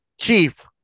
chief